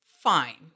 Fine